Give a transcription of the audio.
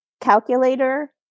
calculator